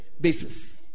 basis